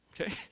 Okay